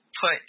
put